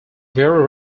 very